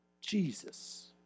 Jesus